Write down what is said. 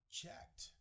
checked